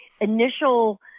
initial